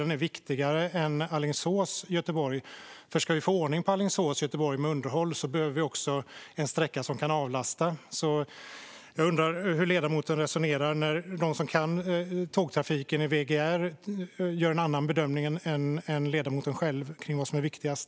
Den är viktigare än Alingsås-Göteborg, för om vi ska få ordning på Alingsås-Göteborg med underhåll behöver vi också en sträcka som kan avlasta. Jag undrar hur ledamoten resonerar när de som kan tågtrafiken i VGR gör en annan bedömning än ledamoten själv av vad som är viktigast.